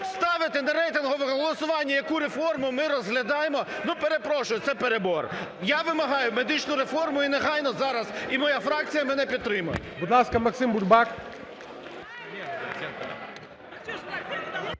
ставити на рейтингове голосування, яку реформу ми розглядаємо, перепрошую, це перебор. Я вимагаю медичну реформу і негайно зараз, і моя фракція мене підтримає.